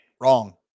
wrong